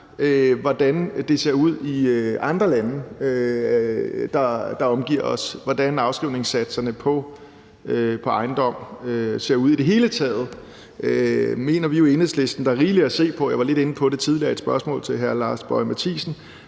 hvordan det ser ud i andre lande, der omgiver os, og hvordan afskrivningssatserne på ejendom ser ud i det hele taget. Vi mener jo i Enhedslisten, at der er rigeligt at se på. Jeg var lidt inde på det tidligere i et spørgsmål til hr. Lars Boje Mathiesen